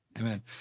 Amen